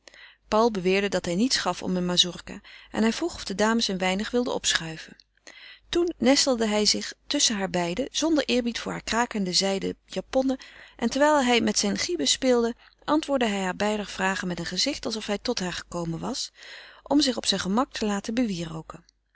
paul beweerde dat hij niets gaf om een mazurka en hij vroeg of de dames een weinig wilden opschuiven toen nestelde hij zich tusschen haarbeiden zonder eerbied voor heur krakende zijden japonnen en terwijl hij met zijn gibus speelde antwoordde hij haarbeider vragen met een gezicht alsof hij tot haar gekomen was om zich op zijn gemak te laten bewierooken